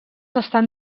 estan